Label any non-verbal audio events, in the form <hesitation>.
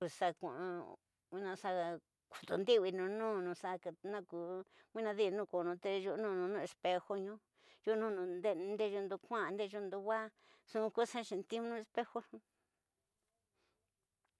Xa ku'a nwina xitondiguinu n <hesitation> u xa naku ñuwi id nu konu te yuñuwinu nu espejo ñu, yuñunu nde yundu kuña nde yundu waaj nxu ku xa xetiinu espejo.